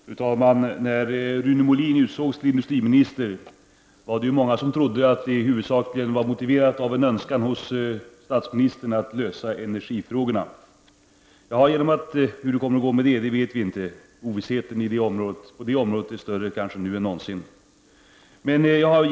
Fru talman! När Rune Molin utsågs till industriminister var det många som trodde att detta val huvudsakligen var motiverat av en önskan hos statsministern att lösa energifrågorna. Hur det kommer att bli med den saken vet vi inte — ovissheten på det området är kanske större nu än någonsin tidigare.